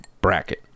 bracket